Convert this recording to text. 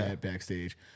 backstage